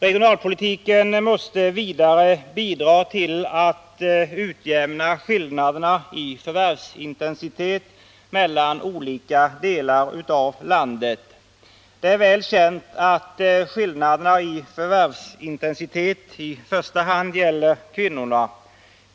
Regionalpolitiken måste vidare bidra till att utjämna skillnaderna i förvärvsintensitet mellan olika delar av landet. Det är väl känt att skillnaderna i förvärvsintensitet i första hand gäller kvinnorna.